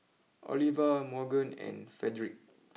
Oliva Morgan and Fredrick